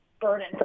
burden